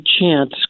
chance